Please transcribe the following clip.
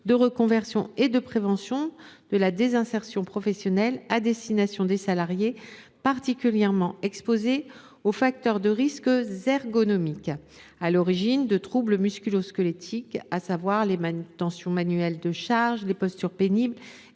de reconversion et de prévention de la désinsertion professionnelle à destination des salariés particulièrement exposés aux facteurs de risques ergonomiques à l’origine de troubles musculo squelettiques, à savoir les manutentions manuelles de charges, les postures pénibles